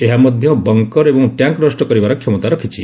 ଏହା ମଧ୍ୟ ବଙ୍କର ଏବଂ ଟ୍ୟାଙ୍କ୍ ନଷ୍ଟ କରିବାର କ୍ଷମତା ରଖିଛି